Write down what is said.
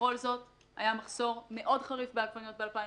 ובכל זאת, היה מחסור מאוד חריף ב-2015.